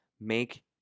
make